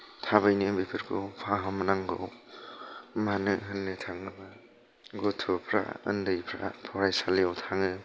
थाबैनो बेफोरखौ फाहामनांगौ मानो होननो थाङोबा गथ'फ्रा ओन्दैफ्रा फरायसालियाव थाङो